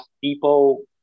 people